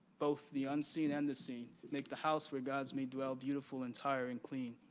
both the unseen and the seen make the house, where gods may dwell beautiful, entire, and clean.